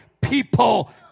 people